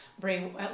bring